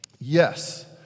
Yes